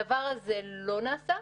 הדבר הזה לא נעשה.